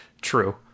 true